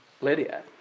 Lydia